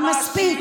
שמעתי אותך מספיק.